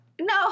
No